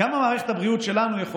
כמה מערכת הבריאות שלנו יכול